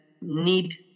need